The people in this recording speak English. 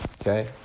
okay